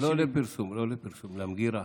לא לפרסום, לא לפרסום, למגירה.